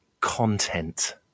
content